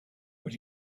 but